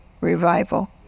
Revival